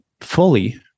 fully